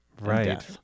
Right